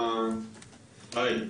בזום.